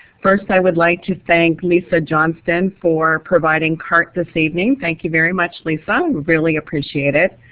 first i would like to thank lisa johnston for providing cart this evening. thank you very much, lisa, we really appreciate it.